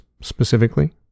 specifically